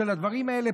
של הדברים האלה?